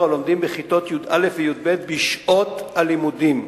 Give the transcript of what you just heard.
הלומדים בכיתות י"א וי"ב בשעות הלימודים.